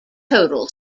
total